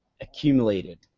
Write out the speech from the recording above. accumulated –